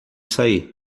sair